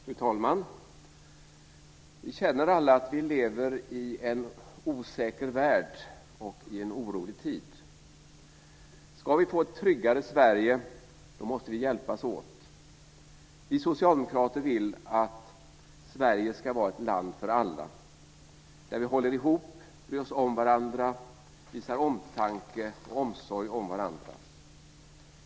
Fru talman! Vi känner alla att vi lever i en osäker värld och i en orolig tid. Ska vi få ett tryggare Sverige måste vi hjälpas åt. Vi socialdemokrater vill att Sverige ska vara ett land för alla där vi håller ihop, bryr oss om varandra och visar omtanke och omsorg om varandra.